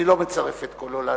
אני לא מצרף את קולו להצבעה.